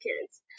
kids